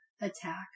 attack